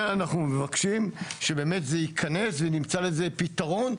ואנחנו מבקשים שבאמת זה ייכנס ונמצא לזה פתרון,